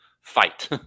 fight